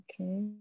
Okay